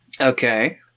Okay